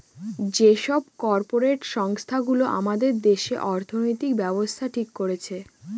যে সব কর্পরেট সংস্থা গুলো আমাদের দেশে অর্থনৈতিক ব্যাবস্থা ঠিক করছে